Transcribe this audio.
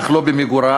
אך לא במיגור התופעה.